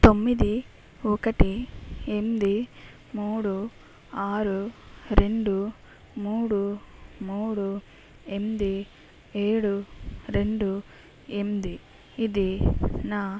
తొమ్మిది ఒకటి ఎనిమిది మూడు ఆరు రెండు మూడు మూడు ఎనిమిది ఏడు రెండు ఎనిమిది ఇది నా